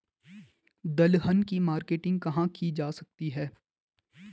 दलहन की मार्केटिंग कहाँ की जा सकती है?